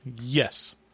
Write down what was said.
Yes